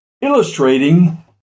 illustrating